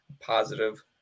positive